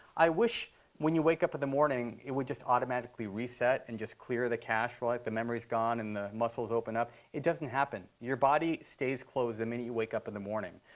i wish when you wake up in the morning it would just automatically reset and just clear the cache. like the memory is gone, and the muscles open up. it doesn't happen. your body stays closed the minute you wake up in the morning.